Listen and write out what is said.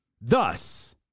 Thus